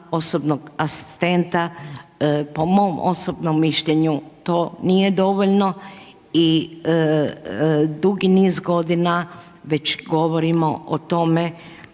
osobnog asistenta. Po mom osobnom mišljenju to nije dovoljno i dugi niz godina već govorimo o tome